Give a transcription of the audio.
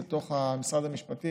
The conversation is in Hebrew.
בתוך משרד המשפטים,